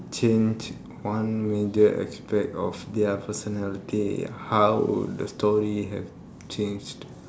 change one major aspect of their personality how would the story have changed